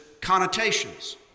connotations